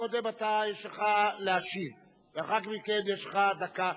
קודם יש לך להשיב ולאחר מכן יש לך דקה.